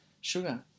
sugar